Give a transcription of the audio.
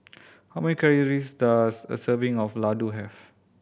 how many calories does a serving of Ladoo have